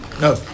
No